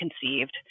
conceived